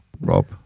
Rob